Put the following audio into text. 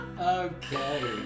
Okay